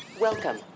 Welcome